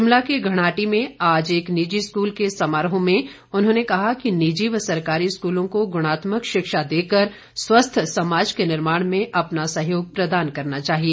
शिमला के घणाहट्टी में आज एक निजी स्कूल के समारोह में उन्होंने कहा कि निजी व सरकारी स्कूलों को गुणात्मक शिक्षा देकर स्वस्थ समाज के निर्माण में अपना सहयोग प्रदान करना चाहिए